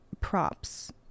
props